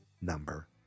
number